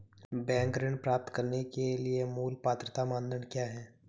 Bank ऋण प्राप्त करने के लिए मूल पात्रता मानदंड क्या हैं?